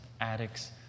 addicts